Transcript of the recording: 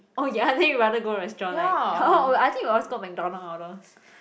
oh ya then you rather go restaurant right oh I think you always go McDonald's all those